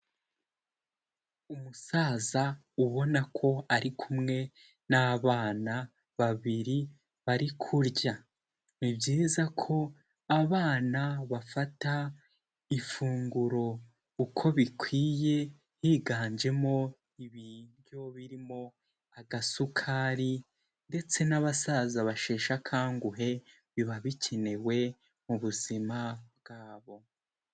Umusaza ubona ko ari kumwe n'abana babiri bari kurya, ni byiza ko abana bafata ifunguro uko bikwiye, higanjemo ibiryo birimo agasukari, ndetse n'abasaza basheshe akanguhe, biba bikenewe mu buzima bwabo.